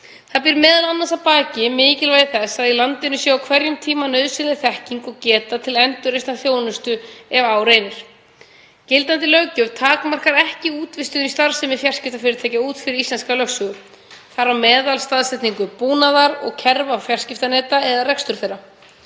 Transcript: Þar býr m.a. að baki mikilvægi þess að í landinu sé á hverjum tíma nauðsynleg þekking og geta til endurreisnar þjónustu ef á reynir. Gildandi löggjöf takmarkar ekki útvistun starfsemi fjarskiptafyrirtækja út fyrir íslenska lögsögu, þar á meðal staðsetningu búnaðar og kerfa fjarskiptaneta eða rekstur þeirra.